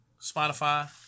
Spotify